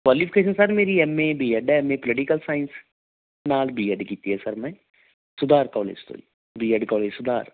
qualification sir ਮੇਰੀ M A B Ed ਹੈ M A political science ਨਾਲ B Ed ਕੀਤੀ ਹੈ ਸਰ ਮੈ ਸੁਧਾਰ ਕਾਲਜ ਤੋਂ ਜੀ ਬੀ ਐੱਡ ਕੌਲਜ ਸੁਧਾਰ